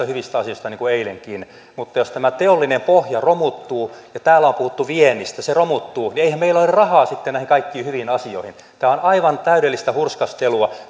hyvistä asioista niin kuin eilenkin mutta jos tämä teollinen pohja romuttuu ja täällä on puhuttu viennistä se romuttuu niin eihän meillä ole rahaa sitten näihin kaikkiin hyviin asioihin tämä on aivan täydellistä hurskastelua